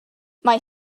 mae